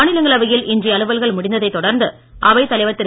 மாநிலங்களவையில் இன்றைய அலுவல்கள் முடிந்ததை தொடர்ந்து அவைத் தலைவர் திரு